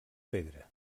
pedra